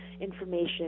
information